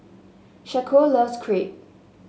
Shaquille loves Crepe